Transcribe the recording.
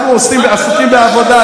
אנחנו עסוקים בעבודה,